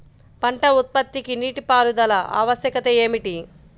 పంట ఉత్పత్తికి నీటిపారుదల ఆవశ్యకత ఏమిటీ?